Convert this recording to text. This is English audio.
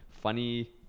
funny